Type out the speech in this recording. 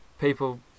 people